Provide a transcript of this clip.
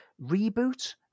reboot